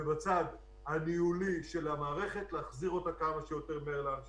ובצד הניהולי של המערכת - להחזיר אותה כמה שיותר מהר לאן שצריך.